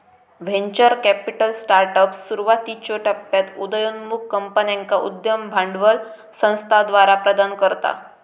venture capital startups, सुरुवातीच्यो टप्प्यात उदयोन्मुख कंपन्यांका उद्यम भांडवल संस्थाद्वारा प्रदान करता